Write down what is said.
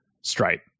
Stripe